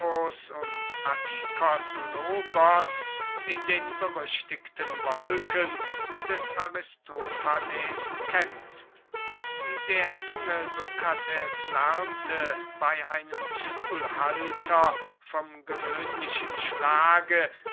und adikos logos in den berüchtigten wolken des aristofanes kennst der junge sokrates lernte bey einem schulhalter vom gewöhnlichen schlage